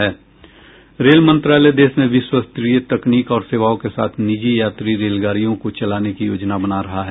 rail मंत्रालय देश में विश्वस्तरीय तकनीक और सेवाओं के साथ निजी यात्री रेलगाड़ियां को चलाने की योजना बना रहा है